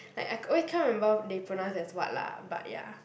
like I always cannot remember they pronounce as what lah but ya